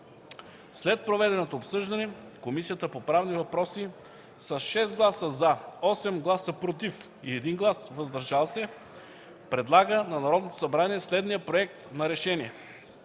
След проведеното обсъждане Комисията по правни въпроси с 6 гласа „за”, 8 „против” и 1 глас „въздържал се” предлага на Народното събрание следният Проект на решение: